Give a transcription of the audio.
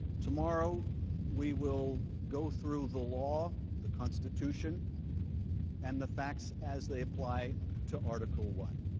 tomorrow we will go through the law, the constitution and the facts as they apply to article one.